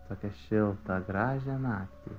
tokią šiltą gražią naktį